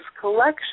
collection